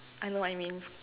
I know what you mean